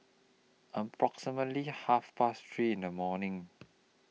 approximately Half Past three in The morning